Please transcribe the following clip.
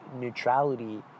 neutrality